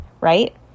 right